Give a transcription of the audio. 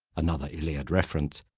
another iliad reference,